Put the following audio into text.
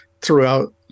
throughout